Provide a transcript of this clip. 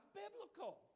biblical